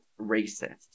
racist